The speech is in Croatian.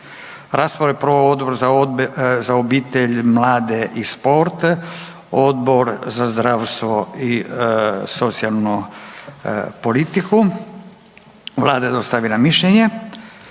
Raspravu je proveo Odbor za obitelj, mlade i sport, Odbor za zdravstvo i socijalnu politiku. Vlada je dostavila mišljenje.